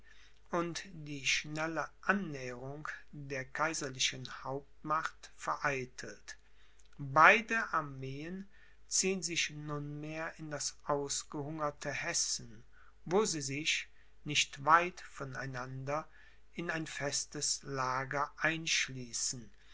und die schnelle annäherung der kaiserlichen hauptmacht vereitelt beide armeen ziehen sich nunmehr in das ausgehungerte hessen wo sie sich nicht weit von einander in ein festes lager einschließen